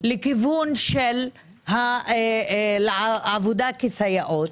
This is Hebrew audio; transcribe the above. לכיוון של עבודה כסייעות.